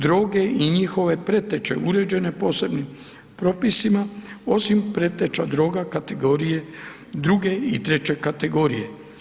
Droge i njihove preteće uređene posebnim propisima, osim preteća droga kategorije druge i treće kategorije.